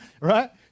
Right